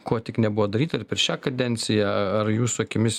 ko tik nebuvo daryta ir per šią kadenciją ar jūsų akimis